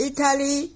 Italy